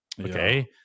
Okay